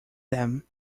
them